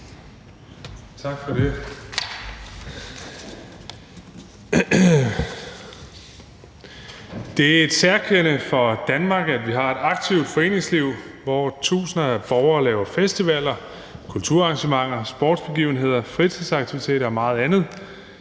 Tak for det. Det er et særkende for Danmark, at vi har et aktivt foreningsliv, hvor tusinder af borgere laver festivaler, kulturarrangementer, sportsbegivenheder, fritidsaktiviteter og meget andet